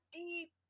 deep